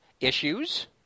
issues